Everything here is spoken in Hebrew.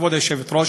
כבוד היושבת-ראש,